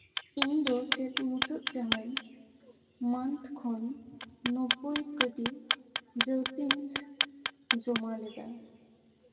ᱤᱧ ᱫᱚ ᱪᱮᱫ ᱢᱩᱪᱟᱹᱫ ᱡᱟᱦᱟᱸᱭ ᱢᱟᱱᱛᱷ ᱠᱷᱚᱱ ᱱᱚᱵᱵᱳᱭ ᱠᱟᱹᱣᱰᱤ ᱡᱟᱹᱥᱛᱤᱧ ᱡᱚᱢ ᱞᱮᱫᱟ